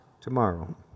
Tomorrow